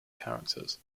characters